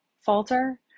falter